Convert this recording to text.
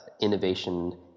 innovation